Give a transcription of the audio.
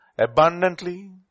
abundantly